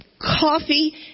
Coffee